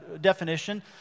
definition